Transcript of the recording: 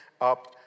up